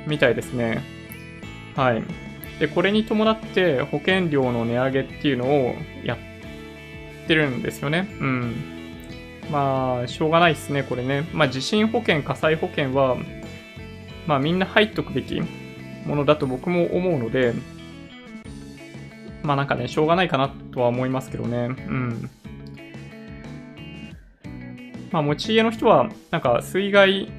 みたいですね。はい。で、これに伴って保険料の値上げっていうのをやってるんですよね。うん。まあ、しょうがないっすね、これね。まあ、地震保険、火災保険は、まあ、みんな入っとくべきものだと僕も思うので、まあ、なんかね、しょうがないかなとは思いますけどね。うん。まあ、持ち家の人は、なんか水害